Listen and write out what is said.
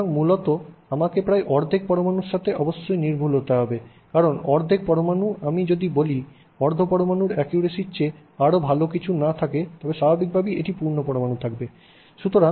সুতরাং মূলত আমাকে প্রায় অর্ধেক পরমাণুর সাথে অবশ্যই নির্ভুল হতে হবে কারণ অর্ধেক পরমাণু আমি যদি অর্ধ পরমাণুর অ্যাকুরেসির চেয়ে আরও ভাল কিছু না থাকি তবে স্বাভাবিকভাবেই একটি পূর্ণ পরমাণু থাকবে